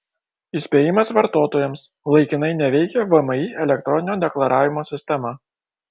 įspėjimas vartotojams laikinai neveikia vmi elektroninio deklaravimo sistema